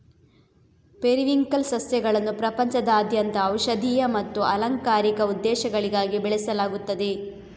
periwinkle ಸಸ್ಯಗಳನ್ನು ಪ್ರಪಂಚದಾದ್ಯಂತ ಔಷಧೀಯ ಮತ್ತು ಅಲಂಕಾರಿಕ ಉದ್ದೇಶಗಳಿಗಾಗಿ ಬೆಳೆಸಲಾಗುತ್ತದೆ